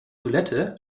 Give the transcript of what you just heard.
toilette